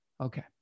Okay